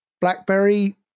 BlackBerry